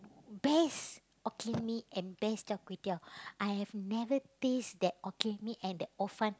best Hokkien-Mee and best char-kway-teow I have never taste that Hokkien-Mee and the hor fun